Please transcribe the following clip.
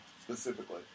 specifically